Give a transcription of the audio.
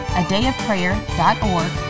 adayofprayer.org